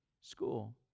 school